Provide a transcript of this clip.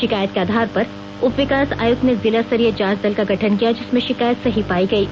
शिकायत के आधार पर उप विकास आयुक्त ने जिला स्तरीय जांच दल का गठन किया जिसमें शिकायत सही पायी गयी